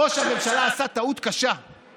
ראש הממשלה עשה טעות קשה,